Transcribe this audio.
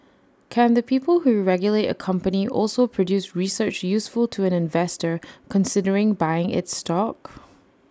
can the people who regulate A company also produce research useful to an investor considering buying its stock